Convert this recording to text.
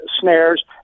snares